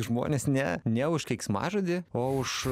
žmonės ne ne už keiksmažodį o už